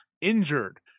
injured